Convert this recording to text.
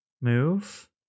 move